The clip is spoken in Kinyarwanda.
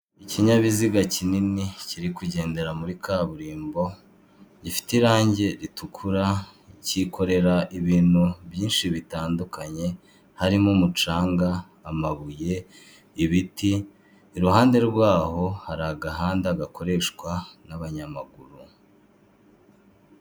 Ikinyabiziga kinini, kiri kugendera muri kaburimbo, gifite irangi ritukura, cyikorera ibintu byinshi bitandukanye, harimo umucanga, amabuye, ibiti, iruhande rwaho hari agahanda gakoreshwa n'abanyamaguru.